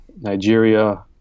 Nigeria